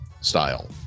style